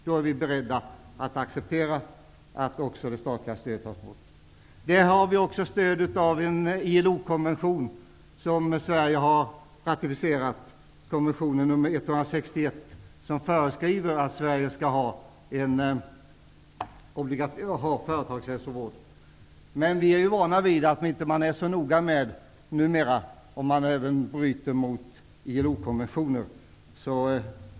Då är vi beredda att acceptera det statliga stödet tas bort. Vi har stöd för detta i en ILO-konvention som Sverige har ratificerat, konvention nr 161, där det föreskrivs att Sverige skall ha företagshälsovård. Men vi är vana vid att man numera inte är så noga med att man även bryter mot ILO-konventioner.